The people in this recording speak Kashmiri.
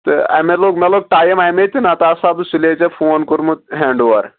تہٕ امے لوٚگ مےٚ لوٚگ ٹایم امے تہٕ نتہٕ آسہٕ ہا بہٕ صُلے ژےٚ فون کوٚرمُت ہینٚڑاوٚور